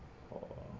or